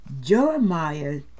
Jeremiah